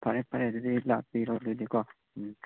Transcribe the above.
ꯐꯔꯦ ꯐꯔꯦ ꯑꯗꯨꯗꯤ ꯂꯥꯛꯄꯤꯔꯣ ꯑꯗꯨꯗꯤ ꯀꯣ ꯎꯝ